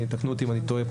יתקנו אותי פה אם אני טועה.